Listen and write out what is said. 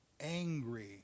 angry